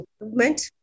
improvement